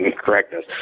correctness